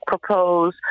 Propose